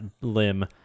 limb